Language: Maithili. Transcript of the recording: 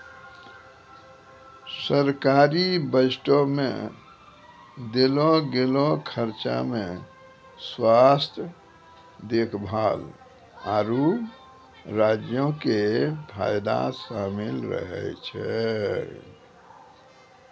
सरकारी बजटो मे देलो गेलो खर्चा मे स्वास्थ्य देखभाल, आरु राज्यो के फायदा शामिल रहै छै